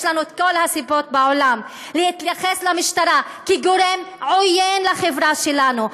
יש לנו את כל הסיבות בעולם להתייחס למשטרה כגורם עוין לחברה שלנו.